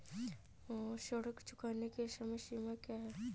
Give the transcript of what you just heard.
ऋण चुकाने की समय सीमा क्या है?